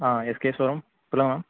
ஆ எஸ்கே ஸ்வரம் சொல்லுங்கள் மேம்